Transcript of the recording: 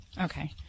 Okay